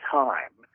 time